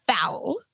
foul